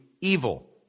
evil